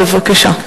בבקשה.